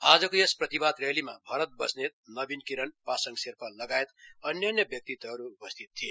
आजको यस प्रतिवाद रैलीमा भरत बस्नेत नवीन किरण पासंग शेर्पा लगायत अन्यान्य व्यक्तिहरू उपस्थित थिए